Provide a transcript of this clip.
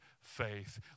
faith